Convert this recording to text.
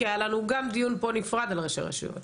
כי היה לנו גם דיון פה נפרד על ראשי רשויות.